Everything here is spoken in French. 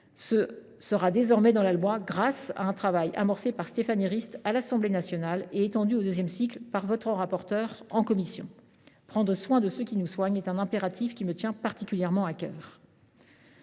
figurera désormais dans la loi, grâce à un travail amorcé par Stéphanie Rist à l’Assemblée nationale et étendu au deuxième cycle par votre rapporteure en commission. Prendre soin de ceux qui nous soignent est un impératif qui me tient particulièrement à cœur.